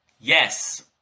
Yes